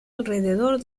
alrededor